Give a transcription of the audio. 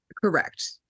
Correct